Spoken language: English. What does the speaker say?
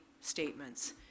statements